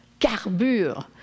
carbure